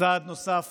וצעד נוסף